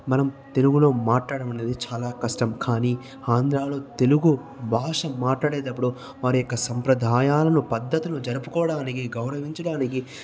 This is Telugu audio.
మనం తెలుగులో మాట్లాడమనేది చాలా కష్టం కానీ ఆంధ్రాలో తెలుగు భాష మాట్లాడేటప్పుడు వారి యొక్క సాంప్రదాయాలను పద్దతులను జరుపుకోవడానికి గౌరవించడానికి